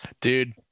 Dude